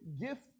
gift